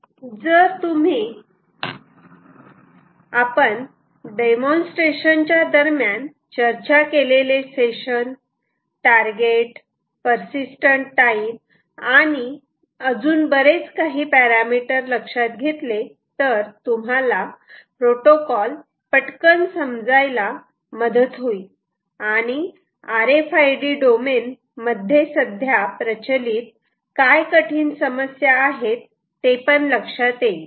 जर तुम्ही आपण डेमॉन्स्ट्रेशन च्या दरम्यान चर्चा केलेले सेशन टारगेट पर्सिस्टंट टाईम आणि अजून बरेच काही पॅरामिटर लक्षात घेतले तर तुम्हाला प्रोटोकॉल पटकन समजायला मदत होईल आणि R F I D domain मध्ये सध्या प्रचलीत काय कठीण समस्या आहेत ते पण लक्षात येईल